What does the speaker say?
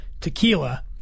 Tequila